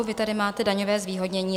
Vy tady máte daňové zvýhodnění.